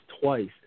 twice